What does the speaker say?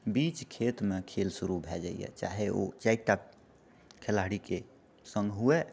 बीच खेतमे खेल शुरू भए जाइए चाहे ओ चारिटा खेलाड़ीके सङ्ग हुए